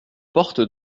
porte